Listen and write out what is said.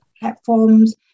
platforms